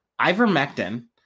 Ivermectin